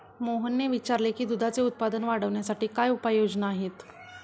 मोहनने विचारले की दुधाचे उत्पादन वाढवण्यासाठी काय उपाय योजना आहेत?